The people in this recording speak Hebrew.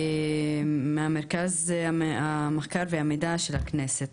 ממרכז המחקר והמידע של הכנסת,